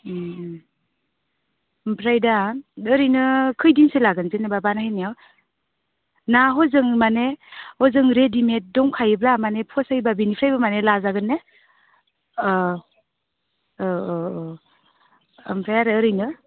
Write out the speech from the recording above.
ओमफ्राय दा ओरैनो खैदिनसो लागोन जेनेबा बानायहोनायाव ना हजों माने हजों रेदिमेद दंखायोब्ला माने फसायोबा बेनिफ्रायबो माने लाजागोन ने औ औ ओमफ्राय आरो ओरैनो